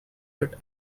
but